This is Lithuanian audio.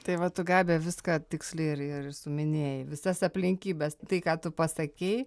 tai va tu gabija viską tiksliai ir ir suminėjai visas aplinkybes tai ką tu pasakei